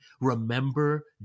remember